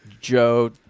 Joe